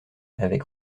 avec